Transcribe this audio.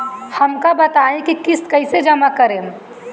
हम का बताई की किस्त कईसे जमा करेम?